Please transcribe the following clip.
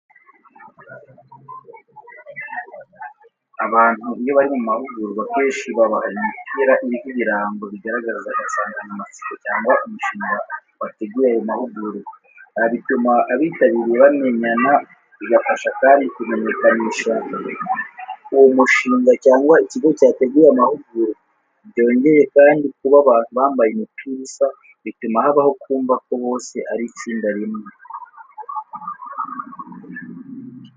Abantu iyo bari mu mahugurwa, akenshi babaha imipira iriho ibirango bigaragaza insanganyamatsiko cyangwa umushinga wateguye ayo mahugurwa. Bituma abitabiriye bamenyana, bigafasha kandi kumenyekanisha uwo mushinga cyangwa ikigo cyateguye amahugurwa, byongeye kandi kuba abantu bambaye imipira isa bituma habaho kumva ko bose ari itsinda rimwe.